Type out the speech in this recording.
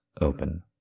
open